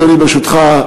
ברשותך,